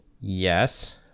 Yes